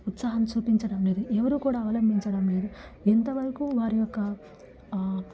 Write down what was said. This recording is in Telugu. ఉత్సాహం చూపించడం లేదు ఎవరు కూడా అవలంబించడం లేదు ఎంతవరకు వారి యొక్క